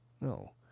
no